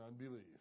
unbelief